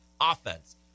offense